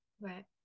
Right